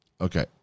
Okay